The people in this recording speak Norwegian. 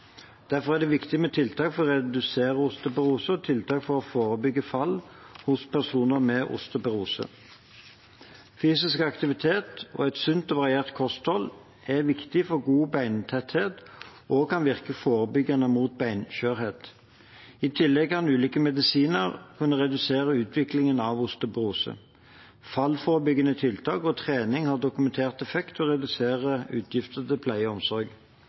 Derfor er det viktig med tiltak for å redusere forekomsten av osteoporose og tiltak for å forebygge fall hos personer med osteoporose. Fysisk aktivitet og et sunt og variert kosthold er viktig for god beintetthet og kan virke forebyggende mot beinskjørhet. I tillegg vil ulike medisiner kunne redusere utviklingen av osteoporose. Fallforebyggende tiltak og trening har dokumentert effekt og reduserer utgifter til pleie og omsorg.